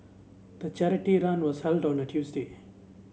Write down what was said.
the charity run was held on a Tuesday